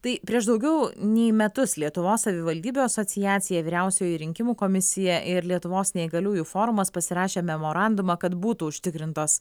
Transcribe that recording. tai prieš daugiau nei metus lietuvos savivaldybių asociacija vyriausioji rinkimų komisija ir lietuvos neįgaliųjų forumas pasirašė memorandumą kad būtų užtikrintos